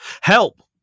Help